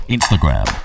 Instagram